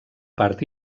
part